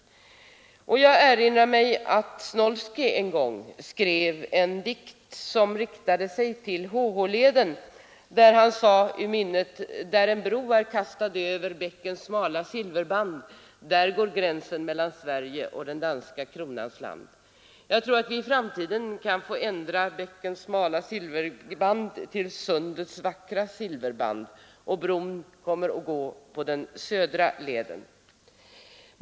Jag vill i stället erinra mig vad Carl Snoilsky en gång skrev i en dikt som riktade sig till HH-leden och där han säger så här: där går gränsen mellan Sverige Jag tror att vi i framtiden kan få ändra orden ”bäckens smala silverband” till ”Sundets vackra silverband” för bron kommer att gå på den södra leden.